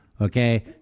Okay